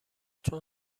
چون